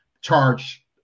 charge